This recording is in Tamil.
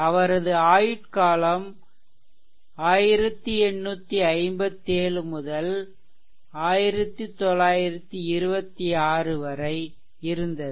அவரது ஆயுட்காலம் 1857 முதல் 1926 வரை இருந்தது